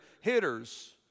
hitters